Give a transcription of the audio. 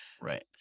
right